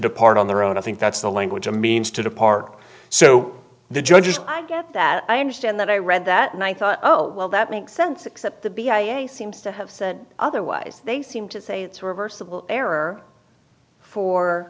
depart on their own i think that's the language a means to the park so the judges i get that i understand that i read that one thought oh well that makes sense except the b i a seems to have said otherwise they seem to say it's reversible error for